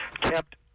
kept